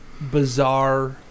bizarre